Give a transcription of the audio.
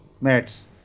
mats